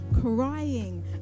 crying